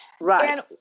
Right